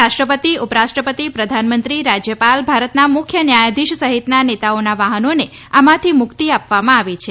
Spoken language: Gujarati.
રાષ્ટ્રપતિ ઉપરાષ્ટ્રપતિ પ્રધાનમંત્રી રાજ્યપાલ ભારતના મુખ્ય ન્યાયાધીશ સહિતનાં નેતાઓના વાહનોને આમાંથી મુક્તિ આપવામાં આવી છે